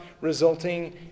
resulting